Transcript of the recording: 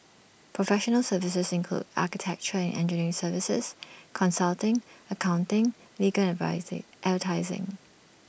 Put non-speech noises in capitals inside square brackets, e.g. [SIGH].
professional services include architecture and engineering services consulting accounting legal and [UNINTELLIGIBLE] advertising